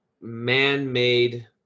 man-made